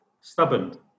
stubborn